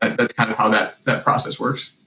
that's kind of how that that process works.